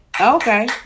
Okay